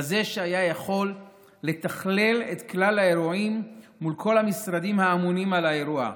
כזה שהיה יכול לתכלל את כלל האירועים מול כל המשרדים האמונים על האירוע,